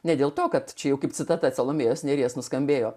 ne dėl to kad čia jau kaip citata salomėjos nėries nuskambėjo